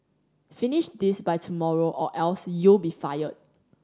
finish this by tomorrow or else you'll be fired